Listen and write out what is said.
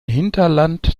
hinterland